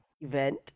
event